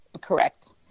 Correct